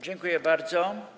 Dziękuję bardzo.